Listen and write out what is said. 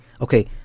Okay